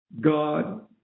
God